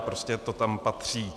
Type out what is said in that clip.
Prostě to tam patří.